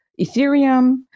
Ethereum